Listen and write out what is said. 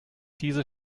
diese